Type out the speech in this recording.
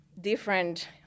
different